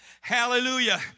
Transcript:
Hallelujah